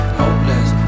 hopeless